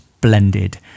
blended